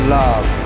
love